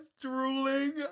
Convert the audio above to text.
drooling